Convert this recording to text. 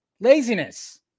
laziness